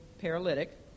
paralytic